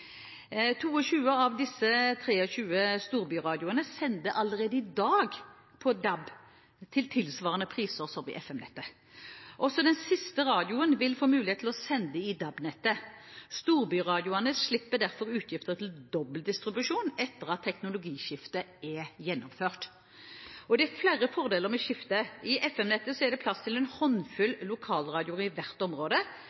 22 av disse 23 storbyradioene sender allerede i dag på DAB, til tilsvarende priser som i FM-nettet. Også den siste radioen vil få mulighet til å sende i DAB-nettet. Storbyradioene slipper derfor utgifter til dobbeltdistribusjon etter at teknologiskiftet er gjennomført. Det er flere fordeler med skiftet. I FM-nettet er det plass til en håndfull lokalradioer i hvert område,